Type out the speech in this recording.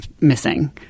missing